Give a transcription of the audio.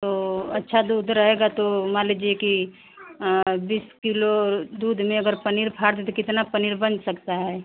तो अच्छा दूध रहेगा तो मान लीजिए कि बीस कीलो दूध में अगर पनीर फाड़ दें तो कितना पनीर बन सकता है